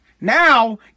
Now